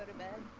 man